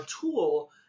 tool